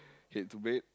head to bed